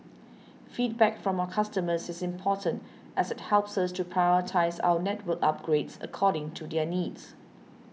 feedback from our customers is important as it helps us to prioritise our network upgrades according to their needs